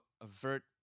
avert